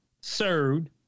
served